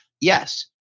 Yes